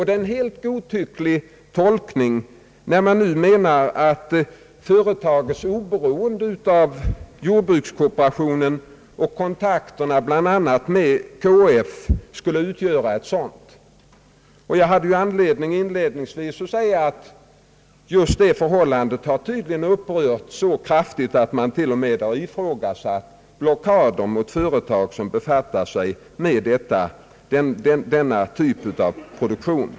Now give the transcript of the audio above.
Det är en helt godtycklig tolkning när man nu menar att företagets oberoende av jordbrukskooperationen och dess kontakter med bl.a. KF skulle utgöra ett sådant motiv. Jag hade ju anledning att inledningsvis säga att just det förhållandet tydligen har upprört sinnena så kraftigt att man t.o.m. har ifrågasatt blockader mot företag som befattat sig med denna typ av produktion.